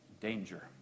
danger